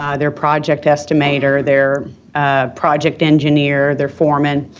ah their project estimator, their project engineer, their foreman.